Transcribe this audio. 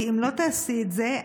כי אם לא תעשי את זה,